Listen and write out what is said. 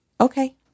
okay